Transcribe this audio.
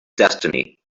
destiny